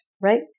right